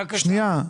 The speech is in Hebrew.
בבקשה.